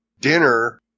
dinner